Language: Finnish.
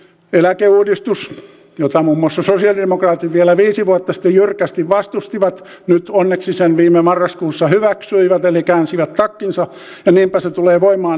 eläkeuudistus jota muun muassa sosialidemokraatit vielä viisi vuotta sitten jyrkästi vastustivat nyt onneksi sen viime marraskuussa hyväksyivät eli käänsivät takkinsa ja niinpä se tulee voimaan ensi vuonna